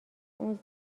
اون